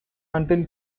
until